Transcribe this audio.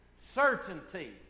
certainty